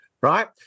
right